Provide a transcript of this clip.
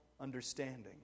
understanding